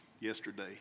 yesterday